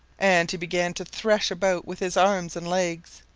and he began to thresh about with his arms and legs.